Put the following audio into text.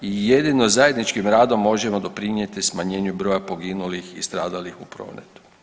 Jedino zajedničkim radom možemo doprinijeti smanjenju broja poginulih i stradalih u prometu.